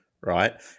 right